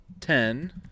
Ten